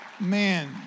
Man